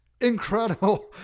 incredible